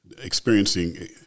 experiencing